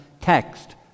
text